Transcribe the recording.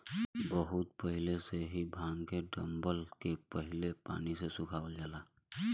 बहुत पहिले से ही भांग के डंठल के पहले पानी से सुखवावल जाला